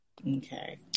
Okay